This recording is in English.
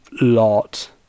lot